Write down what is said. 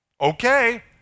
Okay